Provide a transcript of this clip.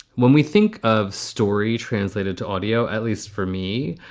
when we think of story translated to audio, at least for me,